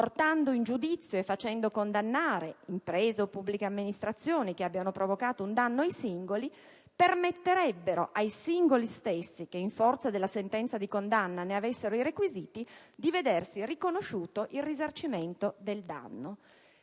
portando in giudizio e facendo condannare imprese o pubbliche amministrazioni che abbiano provocato un danno ai singoli, permetterebbero ai singoli stessi, che in forza della sentenza di condanna ne avessero i requisiti, di vedersi riconosciuto il risarcimento del danno.